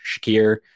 Shakir